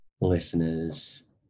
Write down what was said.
listeners